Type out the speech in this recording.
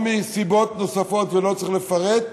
או מסיבות נוספות, ולא צריך לפרט,